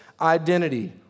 identity